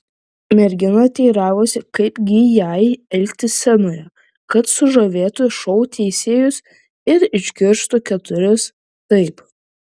mergina teiravosi kaip gi jai elgtis scenoje kad sužavėtų šou teisėjus ir išgirstų keturis taip